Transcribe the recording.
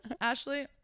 Ashley